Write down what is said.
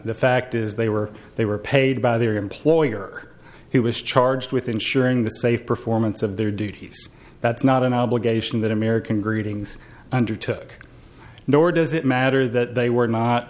the fact is they were they were paid by their employer who was charged with ensuring the safety performance of their duties that's not an obligation that american greetings undertook nor does it matter that they were not